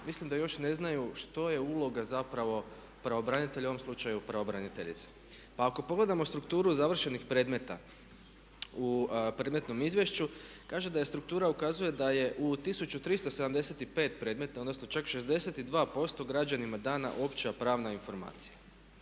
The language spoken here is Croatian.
mislim da još ne znaju što je uloga zapravo pravobranitelja, u ovom slučaju pravobraniteljice. Pa ako pogledamo strukturu završenih predmeta u predmetnom izvješću kaže da struktura ukazuje da je u 1375 predmeta, odnosno čak 62% građanima dana opća pravna informacija.